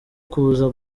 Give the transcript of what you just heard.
kuza